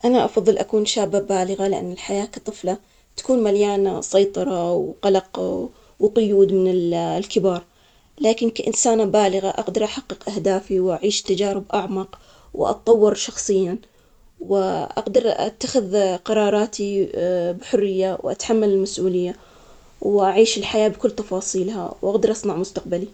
أنا أفضل أكون شابة بالغة، لأن الحياة كطفلة تكون مليانة سيطرة وقلق وقيود من الكبار، لكن كإنسانة بالغة أقدر أحقق أهدافي، وأعيش تجارب أعمق وأطور شخصيا، وأقدر، أتخذ قراراتي بحرية، وأتحمل المسؤولية، وأعيش الحياة بكل تفاصيلها، وأقدر أصنع مستقبلي.